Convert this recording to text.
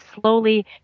slowly